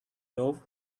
love